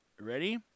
Ready